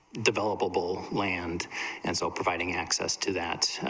developable land and so providing access to that